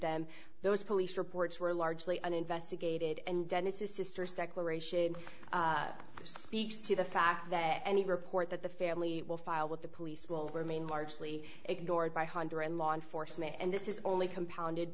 them those police reports were largely uninvestigated and dennis is sisters declaration speaks to the fact that any report that the family will file with the police will remain largely ignored by honduran law enforcement and this is only compounded